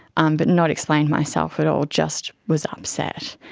um but not explained myself at all, just was upset.